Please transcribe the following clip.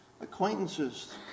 acquaintances